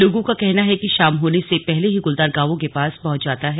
लोगों का कहना है कि शाम होने से पहले ही गुलदार गांवों के पास पहुंच जाता है